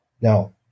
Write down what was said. Now